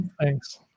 Thanks